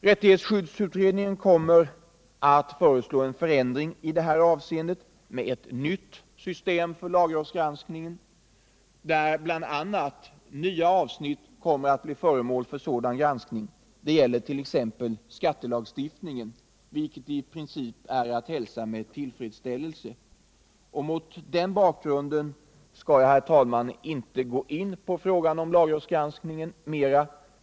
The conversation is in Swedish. Rättighetsskyddsutredningen kommer att föreslå en förändring i detta avseende — ett nytt system för lagrådsgranskningen där bl.a. nya avsnitt kommer att bli föremål för sådan granskning. Det gäller t.ex. skattelagstiftningen, vilket är att hälsa med tillfredsställelse. Mot den bakgrunden skall jag, herr talman, inte gå närmare in på frågan om lagrådsgranskningen.